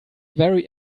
very